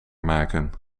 maken